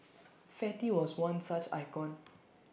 fatty was one such icon